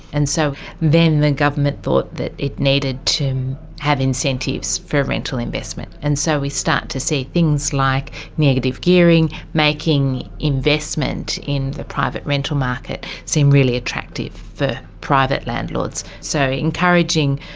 and so then the government thought that it needed to have incentives for rental investment. and so we start to see things like negative gearing, making investment in the private rental market seem really attractive for private landlords. so encouraging,